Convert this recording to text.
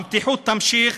אחרת המתיחות תימשך,